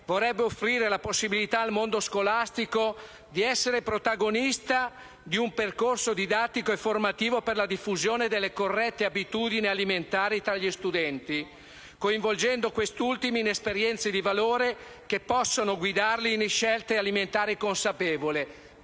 vorrebbe offrire la possibilità al mondo scolastico di essere protagonista di un percorso didattico e formativo per la diffusione delle corrette abitudini alimentari tra gli studenti, coinvolgendo questi ultimi in esperienze di valore che possano guidarli in scelte alimentari consapevoli.